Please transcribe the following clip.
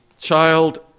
child